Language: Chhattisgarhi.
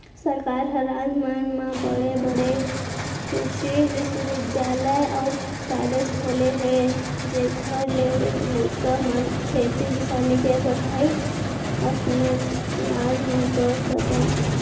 सरकार ह राज मन म बड़े बड़े कृसि बिस्वबिद्यालय अउ कॉलेज खोले हे जेखर ले लइका मन खेती किसानी के पड़हई अपनेच राज म कर सकय